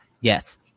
Yes